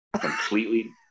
completely